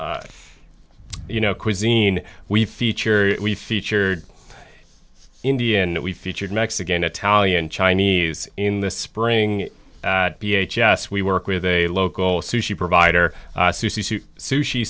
you know cuisine we feature we featured indian we featured mexican italian chinese in the spring p h s we work with a local sushi provider sushi